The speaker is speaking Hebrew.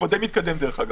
וזה מתקדם.